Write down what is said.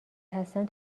هستم